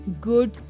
good